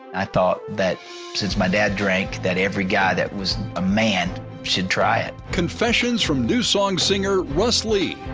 i thought that since my dad drank that every guy that was a man should try it. confessions from newsong singer russ lee.